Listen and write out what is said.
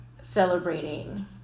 Celebrating